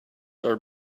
are